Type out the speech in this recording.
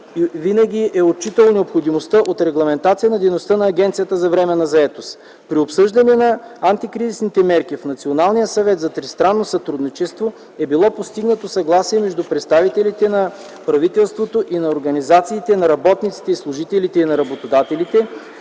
винаги е отчитало необходимостта от регламентация на дейността на агенциите за временна заетост. При обсъждане на антикризисните мерки в Националния съвет за тристранно сътрудничество е било постигнато съгласие между представителите на правителството и на организациите на работниците и служителите и на работодателите